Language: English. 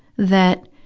that,